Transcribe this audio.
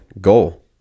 Goal